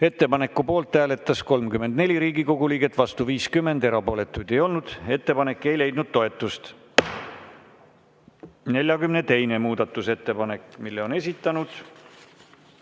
Ettepaneku poolt hääletas 34 Riigikogu liiget, vastu oli 50, erapooletuid ei olnud. Ettepanek ei leidnud toetust. 44. muudatusettepanek. Selle on esitanud